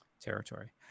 territory